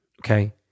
Okay